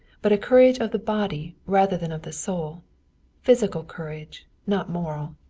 but a courage of the body rather than of the soul physical courage, not moral.